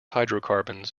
hydrocarbons